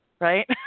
right